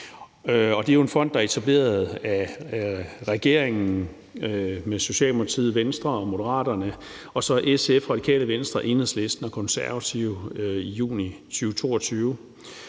Det er jo en fond, der er etableret af regeringen, Socialdemokratiet, Venstre, SF, Radikale Venstre, Enhedslisten og Konservative i juni 2022.